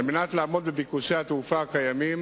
על מנת לעמוד בביקושי התעופה הקיימים